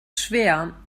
schwer